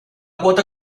quota